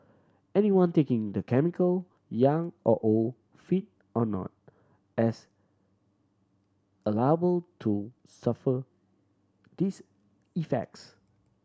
anyone taking the chemical young or old fit or not as a liable to suffer these effects